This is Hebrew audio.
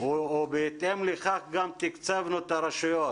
או בהתאם לכך גם תקצבנו את הרשויות